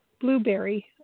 Blueberry